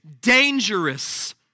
dangerous